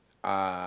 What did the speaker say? uh